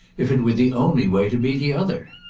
if it were the only way to be the other.